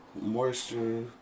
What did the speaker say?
Moisture